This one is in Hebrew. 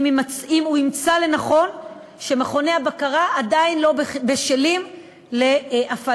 אם הוא ימצא שמכוני הבקרה עדיין לא בשלים להפעלה.